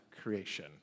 creation